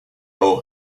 aux